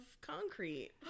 concrete